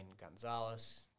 Gonzalez